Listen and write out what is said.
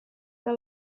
que